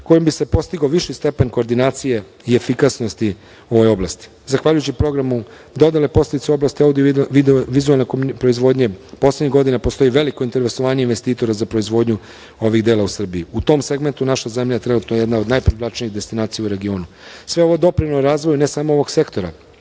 kojim bi se postigao viši stepen koordinacije i efikasnosti u ovoj oblasti. Zahvaljujući programu dodele podsticaja u oblasti audio vizuelne proizvodnje poslednjih godina postoji veliko interesovanje investitora za proizvodnju ovih dela u Srbiji. U tom segmentu naša zemlja je trenutno jedna od najprivlačnijih destinacija u regionu. Sve ovo je doprinelo razvoju ne samo ovog sektora,